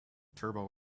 turbo